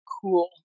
cool